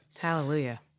Hallelujah